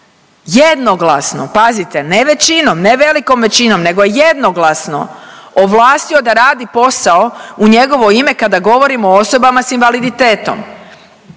jednoglasno, pazite, ne većinom ne velikom većinom nego jednoglasno ovlastio da radi posao u njegovo ime kada govorimo o osobama s invaliditetom.